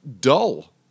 Dull